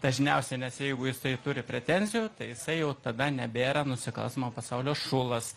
dažniausiai nes jeigu jisai turi pretenzijų tai jisai jau tada nebėra nusikalstamo pasaulio šulas